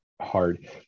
hard